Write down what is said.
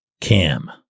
Cam